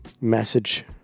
message